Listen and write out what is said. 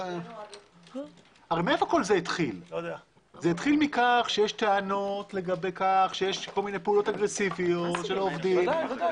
הרי זה התחיל מכך שיש טענות לגבי זה שיש פעולות אגרסיביות של עובדים.